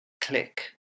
click